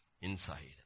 Inside